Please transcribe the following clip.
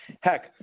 heck